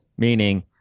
Meaning